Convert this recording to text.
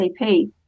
CP